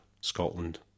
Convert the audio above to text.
Scotland